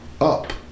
up